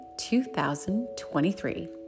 2023